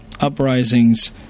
uprisings